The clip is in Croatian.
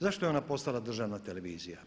Zašto je ona postala državna televizija?